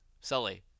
sully